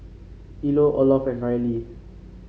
Ilo Olof and Rylie